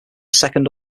second